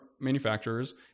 manufacturers